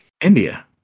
India